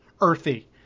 earthy